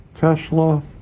Tesla